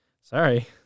Sorry